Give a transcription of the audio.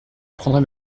prendrai